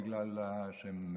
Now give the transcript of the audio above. בגלל שהם